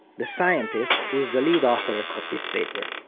the scientist who is the lead author of this paper.